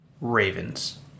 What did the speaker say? Ravens